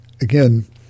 again